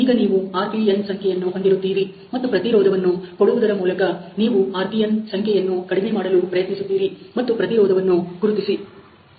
ಈಗ ನೀವು RPN ಸಂಖ್ಯೆಯನ್ನು ಹೊಂದಿರುತ್ತೀರಿ ಮತ್ತು ಪ್ರತಿರೋಧವನ್ನು ಕೊಡುವುದರ ಮೂಲಕ ನೀವು RPN ಸಂಖ್ಯೆಯನ್ನು ಕಡಿಮೆ ಮಾಡಲು ಪ್ರಯತ್ನಿಸುತ್ತೀರಿ ಮತ್ತು ಪ್ರತಿರೋಧವನ್ನು ಗುರುತಿಸಿ